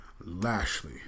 Lashley